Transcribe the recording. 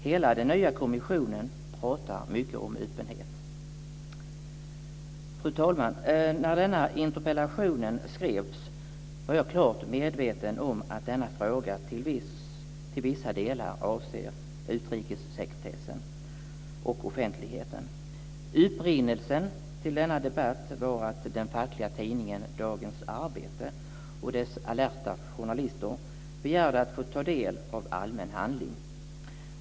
Hela den nya kommissionen pratar mycket om öppenhet. Fru talman! När interpellation skrevs var jag klart medveten om att denna fråga till vissa delar berör utrikessekretessen och offentligheten. Upprinnelsen till debatten var att den fackliga tidningen Dagens Arbete och dess alerta journalister begärde att få ta del av allmän handling.